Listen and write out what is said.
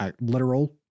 literal